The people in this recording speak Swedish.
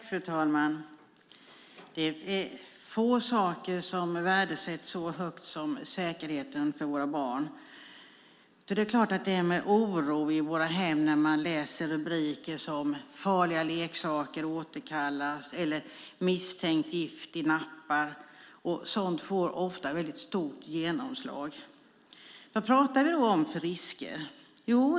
Fru talman! Det är få saker som värdesätts så högt som säkerheten för våra barn. Därför är det klart att det är med oro i våra hem man läser rubriker som "Farliga leksaker återkallas!" eller "Misstänkt gift i nappar". Sådant får ofta stort genomslag. Vad pratar vi då om för risker?